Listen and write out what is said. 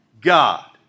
God